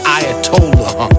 Ayatollah